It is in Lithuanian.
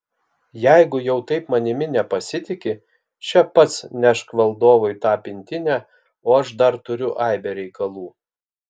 jeigu jau taip manimi nepasitiki še pats nešk valdovui tą pintinę o aš dar turiu aibę reikalų